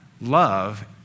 Love